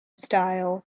style